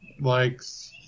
likes